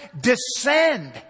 descend